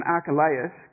Archelaus